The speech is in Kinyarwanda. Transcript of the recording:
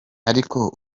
ariko